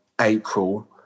april